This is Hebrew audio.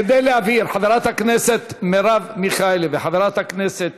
כדי להבהיר, חברת הכנסת